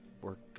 work